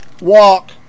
walk